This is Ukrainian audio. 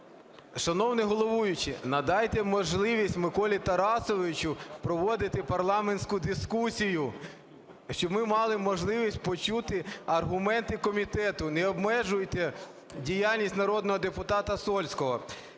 Шановний головуючий, надайте можливість Миколі Тарасовичу проводити парламентську дискусію, щоб ми мали можливість почути аргументи комітету. Не обмежуйте діяльність народного депутата Сольського!